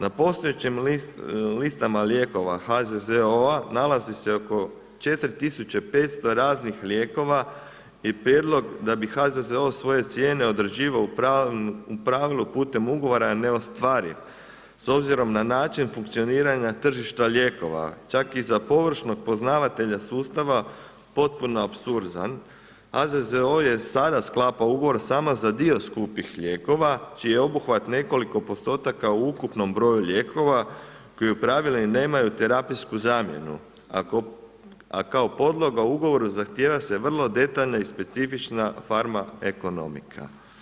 Na postojećim listama lijekova HZZO-a nalaze se oko 4500 raznih lijekova i prijedlog da bi HZZO svoje cijene određivao u pravilu putem ugovora je neostvariv s obzirom na način funkcioniranja tržišta lijekova, čak i za površnog poznavatelja sustava potpuno apsurdan, HZZO je sada sklapao ugovor samo za dio skupih lijekova čiji je obuhvat nekoliko postotaka u ukupnom broju lijekova koji u pravilu nemaju terapijsku zamjenu, a kao podloga u ugovoru zahtjeva se vrlo detaljna i specifična farma ekonomika.